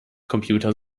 computer